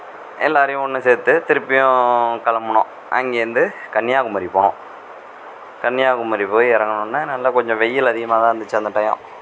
எல்லாேரையும் ஒன்று சேர்த்து திருப்பியும் கிளம்புனோம் அங்கிருந்து கன்னியாகுமரி போனோம் கன்னியாகுமரி போய் இறங்குனோன்னே நல்லா கொஞ்சம் வெயில் அதிகமாதான் இருந்துச்சு அந்த டையோம்